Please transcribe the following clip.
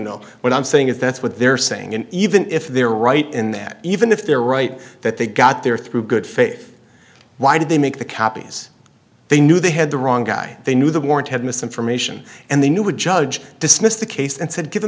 no what i'm saying is that's what they're saying and even if they're right in that even if they're right that they got there through good faith why did they make the copies they knew they had the wrong guy they knew the warrant had misinformation and they knew a judge dismissed the case and said given